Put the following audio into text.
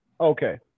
Okay